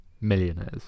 millionaires